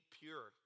pure